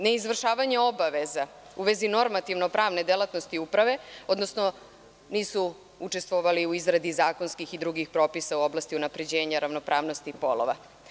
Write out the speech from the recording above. Ne izvršavanje obaveza u vezi normativno pravne delatnosti Uprave, odnosno nisu učestvovali u izradi zakonskih i drugih propisa u oblasti unapređenja ravnopravnosti polova.